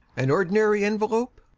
an ordinary envelope?